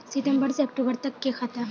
सितम्बर से अक्टूबर तक के खाता?